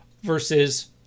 versus